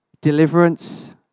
deliverance